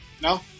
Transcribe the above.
No